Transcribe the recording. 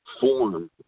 form